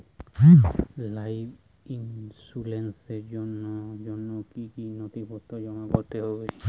Life ইন্সুরেন্সর জন্য জন্য কি কি নথিপত্র জমা করতে হবে?